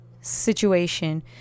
situation